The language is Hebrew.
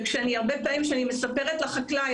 הרבה פעמים כשאני מספרת לחקלאי,